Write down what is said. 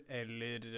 eller